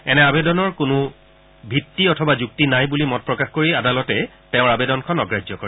এনে আৱেদনৰ কোনো ভিত্তি অথবা যুক্তি নাই বুলি মত প্ৰকাশ কৰি আদালতে তেওঁৰ আৱেদনখন অগ্ৰাহ্য কৰে